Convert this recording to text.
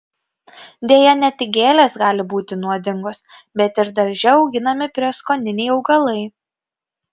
deja ne tik gėlės gali būti nuodingos bet ir darže auginami prieskoniniai augalai